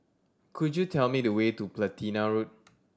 could you tell me the way to Platina Road